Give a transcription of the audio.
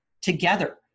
together